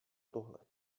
tohle